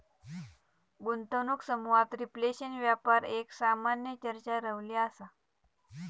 गुंतवणूक समुहात रिफ्लेशन व्यापार एक सामान्य चर्चा रवली असा